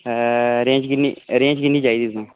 range किन्नी range किन्नी चाहिदी तुसें